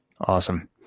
awesome